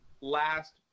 last